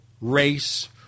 race